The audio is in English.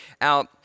out